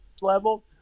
level